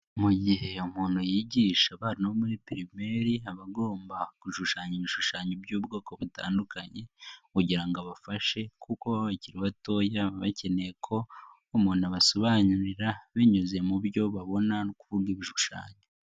Mu gihe umuntu yigisha abana bo muri pirimere aba agomba gushushanya ibishushanyo by'ubwoko butandukanye kugira ngo abafashe kuko baba bakiribatoya bakeneye ko umuntu abasobanurira binyuze mu byo babona no ku bishushanyo.